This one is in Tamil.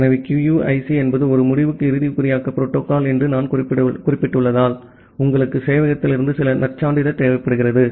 எனவே QUIC என்பது ஒரு முடிவுக்கு இறுதி குறியாக்க புரோட்டோகால் என்று நான் குறிப்பிட்டுள்ளதால் உங்களுக்கு சேவையகத்திலிருந்து சில நற்சான்றிதழ் தேவைப்படுகிறது